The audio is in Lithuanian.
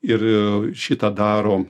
ir šį tą daro